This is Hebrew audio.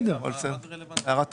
הערה טובה.